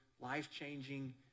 life-changing